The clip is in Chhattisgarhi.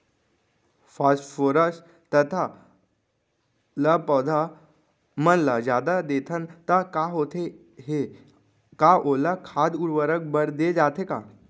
फास्फोरस तथा ल पौधा मन ल जादा देथन त का होथे हे, का ओला खाद उर्वरक बर दे जाथे का?